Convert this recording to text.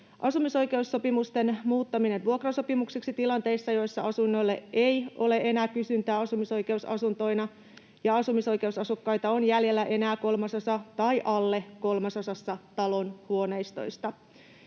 asumisoikeussopimusten muuttaminen vuokrasopimuksiksi tilanteissa, joissa asunnoille ei ole enää kysyntää asumisoikeusasuntoina ja asumisoikeusasukkaita on jäljellä enää kolmasosassa tai alle kolmasosassa talon huoneistoja.